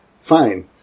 fine